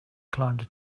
climbed